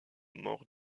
mort